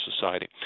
society